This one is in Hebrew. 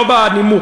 לא בנימוק.